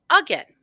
again